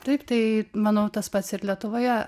taip tai manau tas pats ir lietuvoje